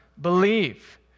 believe